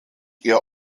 ihr